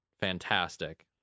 fantastic